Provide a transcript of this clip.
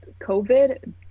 covid